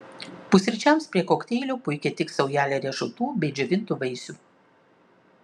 pusryčiams prie kokteilio puikiai tiks saujelė riešutų bei džiovintų vaisių